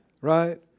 right